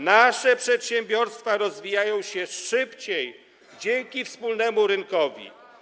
Nasze przedsiębiorstwa rozwijają się szybciej dzięki wspólnemu rynkowi.